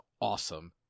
awesome